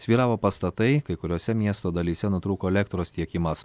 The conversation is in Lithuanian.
svyravo pastatai kai kuriose miesto dalyse nutrūko elektros tiekimas